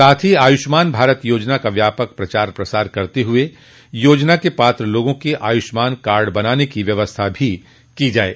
साथ ही आयुष्मान भारत योजना का व्यापक प्रचार प्रसार करते हुए योजना के पात्र लोगों के आयुष्मान कार्ड बनाने की व्यवस्था भी की जाये